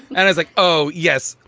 and it's like, oh, yes.